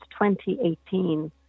2018